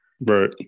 Right